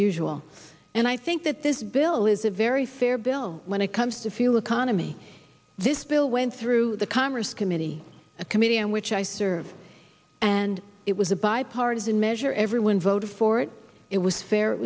usual and i think that this bill is a very fair bill when it comes to fuel economy this bill went through the congress committee a committee on which i serve and it was a bipartisan measure everyone voted for it it was fair it